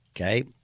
Okay